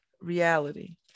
reality